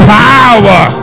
power